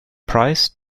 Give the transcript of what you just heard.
price